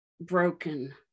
Broken